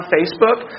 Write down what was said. Facebook